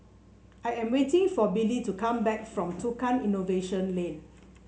I am waiting for Billy to come back from Tukang Innovation Lane